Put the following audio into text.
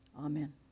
Amen